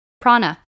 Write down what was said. Prana